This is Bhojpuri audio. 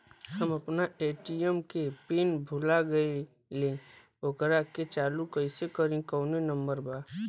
हम अपना ए.टी.एम के पिन भूला गईली ओकरा के चालू कइसे करी कौनो नंबर बा?